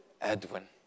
Edwin